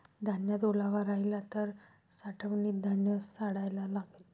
धान्यात ओलावा राहिला तर साठवणीत धान्य सडायला लागेल